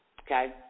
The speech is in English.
Okay